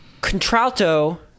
Contralto